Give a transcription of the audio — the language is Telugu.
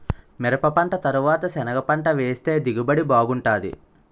మిరపపంట తరవాత సెనగపంట వేస్తె దిగుబడి బాగుంటాది